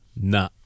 Nah